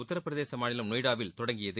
உத்தரப்பிரதேச மாநிலம் நொய்டாவில் தொடங்கியது